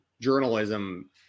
journalism